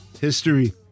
history